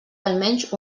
almenys